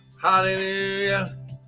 hallelujah